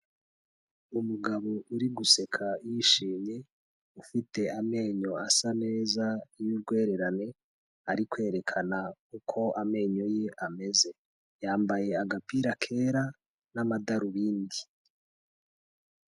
Umugabo uri guseka yishimye ufite amenyo asa neza y'urwererane, ari kwerekana uko amenyo ye ameze, yambaye agapira kera n'amadarubindi.